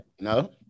No